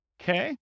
Okay